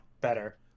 better